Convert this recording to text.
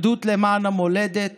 אחדות למען המולדת